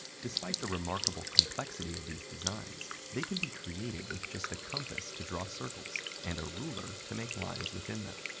despite the remarkable complexity of these designs, they can be created with just a compass to draw circles and a ruler to make lines within them.